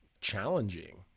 challenging